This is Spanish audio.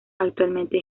actualmente